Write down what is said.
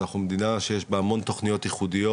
אנחנו מדינה שיש בה המון תכניות ייחודיות.